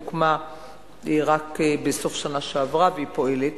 היא הוקמה רק בסוף השנה שעברה והיא פועלת.